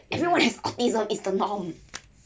everyone has autism is a norm